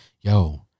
yo